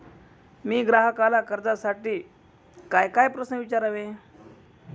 मी ग्राहकाला कर्जासाठी कायकाय प्रश्न विचारावे?